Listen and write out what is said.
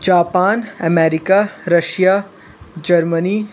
Japan America Russia Germany